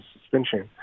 suspension